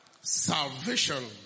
salvation